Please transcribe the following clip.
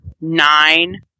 nine